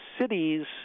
cities